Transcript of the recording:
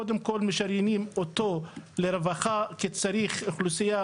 קודם כל משריינים אותו לרווחה כי צריך אוכלוסייה